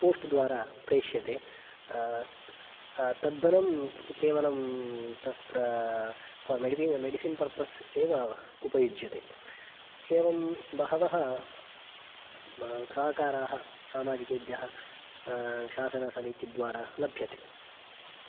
post द्वारा प्रेष्यते तद्धनं केवलं तत्र फ़ार् मेडिसिन् मेडिसिन् पर्पस् एव उपयुज्यते एवं बहवः सहकाराः सामाजिकेभ्यः शासनसमितिद्वारा लभ्यते